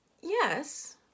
Yes